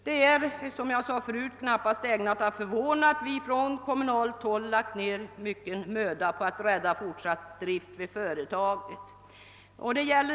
Det är knappast ägnat att förvåna att vi på kommunalt håll lagt ned mycken möda på att rädda fortsatt drift vid detta företag.